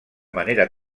manera